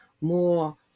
more